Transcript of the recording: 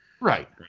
Right